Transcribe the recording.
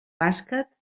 bàsquet